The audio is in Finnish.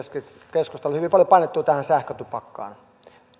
keskustelu hyvin paljon painottuu tähän sähkötupakkaan